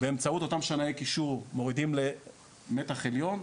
באמצעות אותם שנאי קישור מורידים למתח עליון,